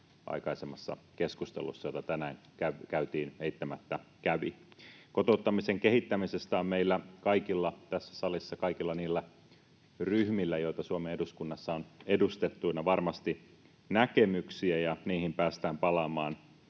aikaisemmassa keskustelussa, jota tänään käytiin, eittämättä kävi. Kotouttamisen kehittämisestä on meillä kaikilla tässä salissa, kaikilla niillä ryhmillä, joita Suomen eduskunnassa on edustettuina, varmasti näkemyksiä, ja niihin päästään palaamaan